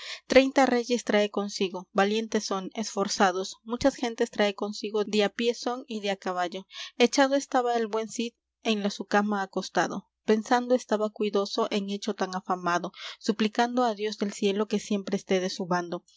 treinta reyes trae consigo valientes son esforzados muchas gentes trae consigo de á pié son y de á caballo echado estaba el buen cid en la su cama acostado pensando estaba cuidoso en hecho tan afamado suplicando á dios del cielo que siempre esté de su bando